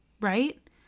right